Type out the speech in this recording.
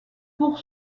pour